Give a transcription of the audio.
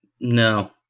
No